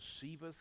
deceiveth